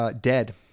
Dead